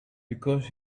because